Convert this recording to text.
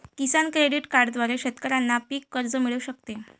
किसान credit कार्डद्वारे शेतकऱ्यांना पीक कर्ज मिळू शकते